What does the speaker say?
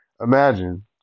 imagine